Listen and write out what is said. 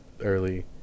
early